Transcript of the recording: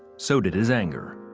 so did his anger.